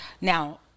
Now